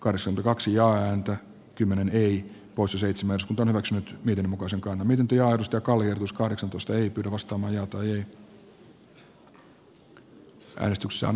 carson kaksi ääntä kymmenen neljä poissa seitsemäs on maksanut niiden mukaisen kuvan minkä johdosta kaljus kahdeksantoista sitten voittaneesta mietintöä vastaan